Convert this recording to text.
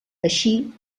així